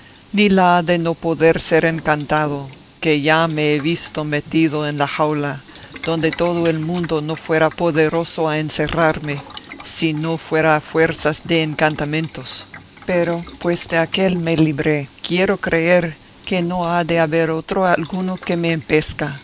ni la de no poder ser encantado que ya me he visto metido en una jaula donde todo el mundo no fuera poderoso a encerrarme si no fuera a fuerzas de encantamentos pero pues de aquél me libré quiero creer que no ha de haber otro alguno que me empezca